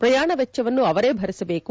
ಪ್ರಯಾಣ ವೆಚ್ಚವನ್ನು ಅವರೇ ಭರಿಸಬೇಕು